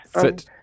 fit